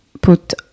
put